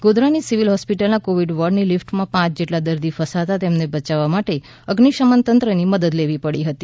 ગોધરાની civil હોસ્પિટલના Covid વોર્ડની લિફ્ટમાં પાંચ જેટલા દર્દી ફસાતા તેમના બચાવ માટે અઝિશમન તંત્રની મદદ લેવી પડી હતી